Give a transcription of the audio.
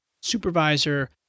supervisor